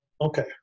Okay